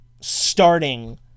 starting